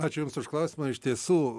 ačiū jums už klausimą iš tiesų